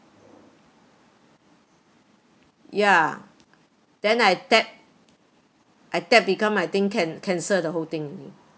yeah then I tap I tap become I think can cancel the whole thing only